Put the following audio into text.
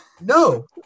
No